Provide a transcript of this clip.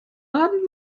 abend